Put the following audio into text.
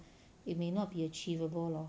it may not be achievable lor